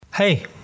Hey